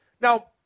now